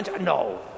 No